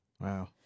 Wow